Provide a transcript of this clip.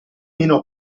meno